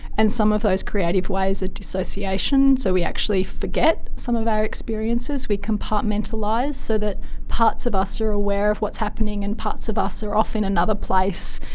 and some of those creative ways are dissociations, so we actually forget some of our experiences, we compartmentalise, so that parts of us are aware of what's happening and parts of us are off in another place,